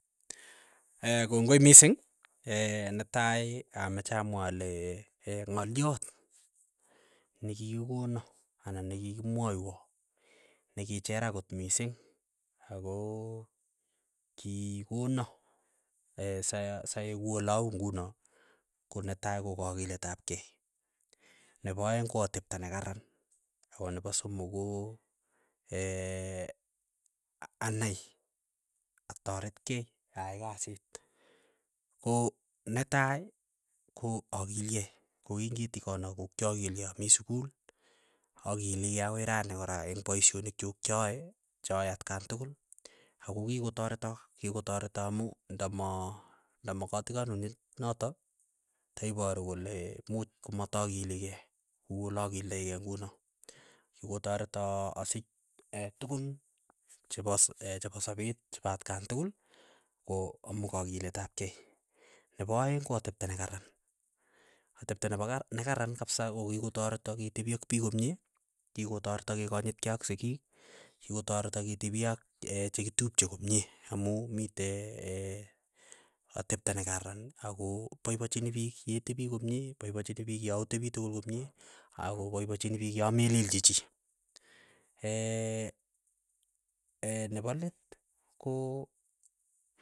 Kongoi mising, netai amache amwa ale ng'oliot nekikikona anan nekikimwaywo, nekichera akot mising, ako kikona sa- saek ku olauu ng'uno, ko netai ko kakilet ap kei, nepo aeng' ko atepto nekararan, ko nepo somok ko anai atoret kei aai kasit, ko netai ko akilkei, ko king'itikono ko kyakilkei ami sukul akilikei ako rani kora eng' paishonik chuk cha ae, cha ae atkan tukul ako kikotareto kikotareto amu ndama ndama katikanut ne natok, taiparu kole much komatakilikei kuu olakildai kei ng'uno, ng'otareto asich tukun chepo s chepo sapeet, chepo atkan tukul, ko amu kakilet ap kei, nepo aeng' ko atepto nekararan, atepto nepa kar nekaran kapsa ko kikotareto ketepii ak piik komie kikotareto kekonyit kei ak sikiik, kikotareto ketepii ak chekitupche komie amu mite atepto ne karan ako paipachini piik yetepi komie paipachini piik yaotepi tukul komie, ako paipachini piik yamelelchi chii, ee nepa leet, ko.